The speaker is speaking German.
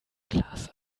klaas